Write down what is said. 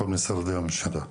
כל משרדי הממשלה.